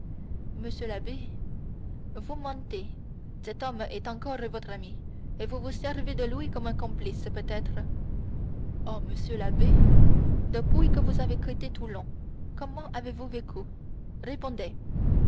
monsieur l'abbé vous mentez cet homme est encore votre ami et vous vous servez de lui comme d'un complice peut-être oh monsieur l'abbé depuis que vous avez quitté toulon comment avez-vous vécu répondez